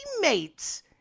teammates